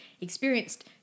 experienced